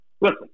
Listen